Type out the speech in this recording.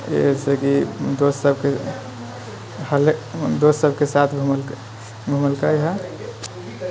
जैसेकि दोस्त सबके साथ घुमेलकै हइ